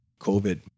COVID